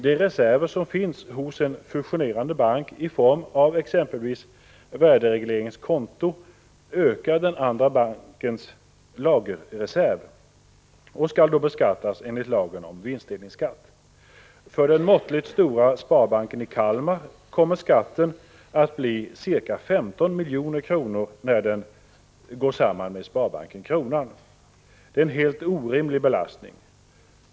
De reserver som finns hos en fusionerande bank i form av exempelvis värdereglerings konto ökar den andra bankens lagerreserv och skall då beskattas enligt lagen om vinstdelningsskatt. För den måttligt stora Sparbanken i Kalmar kommer skatten att bli ca 15 milj.kr. när banken går samman med Sparbanken Kronan. Det är en helt orimlig belastning.